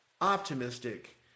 optimistic